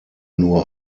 nur